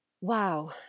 Wow